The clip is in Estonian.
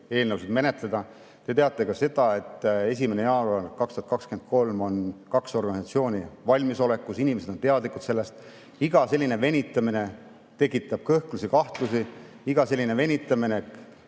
eelnõusid menetleda. Te teate ka seda, et 1. jaanuar 2023 on kaks organisatsiooni valmisolekus, inimesed on teadlikud sellest. Iga selline venitamine tekitab kõhklusi-kahtlusi. Iga selline venitamine